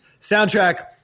soundtrack